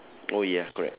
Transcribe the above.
oh ya correct